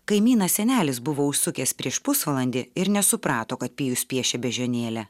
kaimynas senelis buvo užsukęs prieš pusvalandį ir nesuprato kad pijus piešė beždžionėlę